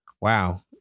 wow